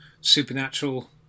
supernatural